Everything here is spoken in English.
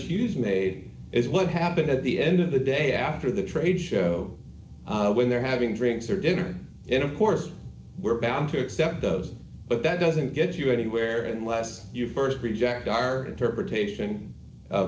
hughes made is what happened at the end of the day after the trade show when they're having drinks or dinner in of course we're bound to accept those but that doesn't get you anywhere unless you st reject our interpretation of